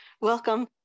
Welcome